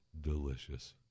delicious